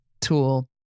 tool